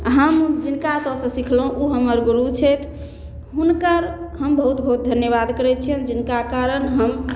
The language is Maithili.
हम जिनका ओतऽसँ सिखलहुँ ओ हमर गुरु छथि हुनकर हम बहुत बहुत धन्यवाद करै छिअनि जिनका कारण हम